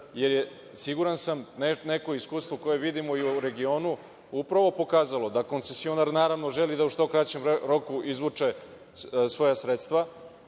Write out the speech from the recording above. jer je, siguran sam, neko iskustvo koje vidimo u regionu upravo pokazalo da koncesionar, naravno, želi da u što kraćem roku izvuče svoja sredstva,